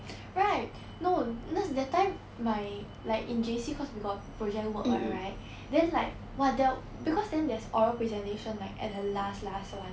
right no that time my like in J_C cause we got project work [what] right then like !wah! tha~ because then there's oral presentation like at the last last one